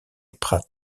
prat